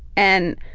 and